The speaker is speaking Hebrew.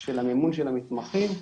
של המימון של המתמחים.